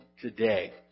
today